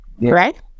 Right